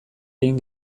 egin